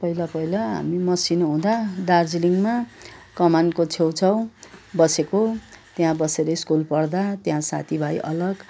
पहिला पहिला हामी मसिनो हुँदा दार्जिलिङमा कमानको छेउ छाउ बसेको त्यहाँ बसेर स्कुल पढ्दा त्यहाँ साथी भाइ अलग